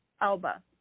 Alba